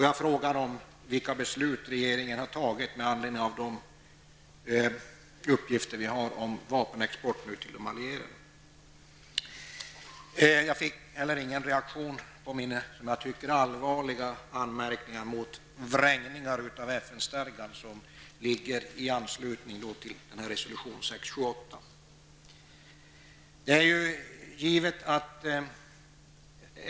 Jag frågade vilka beslut regeringen har tagit med anledning av de uppgifter vi har om vapenexport till de allierade. Jag fick inte heller någon reaktion på min, som jag tycker, allvarliga anmärkning mot de vrängningar av FN-stadgan som finns i anslutning till resolution 678.